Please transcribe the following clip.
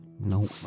no